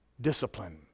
discipline